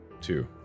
Two